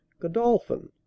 godolphin